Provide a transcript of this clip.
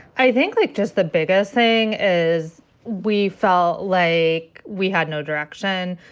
i think, like, just the biggest thing is we felt like we had no direction.